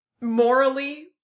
morally